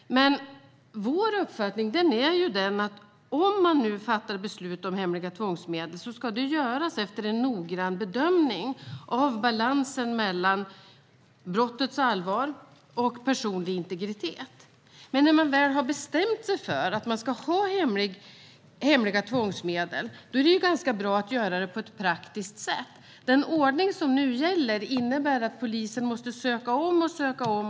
Men vår uppfattning är: Om man ska fatta beslut om hemliga tvångsmedel ska det göras efter en noggrann bedömning av balansen mellan brottets allvar och personlig integritet. När man väl har bestämt sig för att man ska ha hemliga tvångsmedel är det ganska bra att göra det på ett praktiskt sätt. Den ordning som nu gäller innebär att polisen måste söka om och söka om.